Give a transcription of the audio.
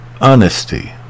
honesty